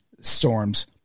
storms